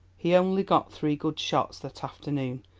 he only got three good shots that afternoon,